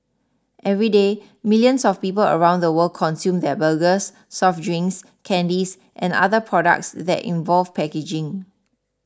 everyday millions of people around the world consume their burgers soft drinks candies and other products that involve packaging